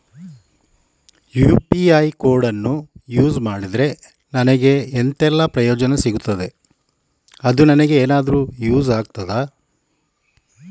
UPI ಕೋಡನ್ನು use ಮಾಡಿದ್ರೆ ನನಗೆ ಎಂಥೆಲ್ಲಾ ಪ್ರಯೋಜನ ಸಿಗ್ತದೆ, ಅದು ನನಗೆ ಎನಾದರೂ ಯೂಸ್ ಆಗ್ತದಾ?